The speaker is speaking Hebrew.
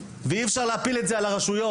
אי אפשר להפיל את זה על הרשויות.